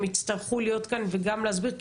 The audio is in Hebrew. הם יצטרכו להיות כאן וגם להסביר,